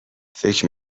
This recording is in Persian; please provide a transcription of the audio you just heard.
فکر